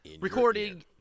Recording